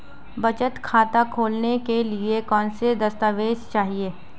बचत खाता खोलने के लिए कौनसे दस्तावेज़ चाहिए?